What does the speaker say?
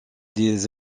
des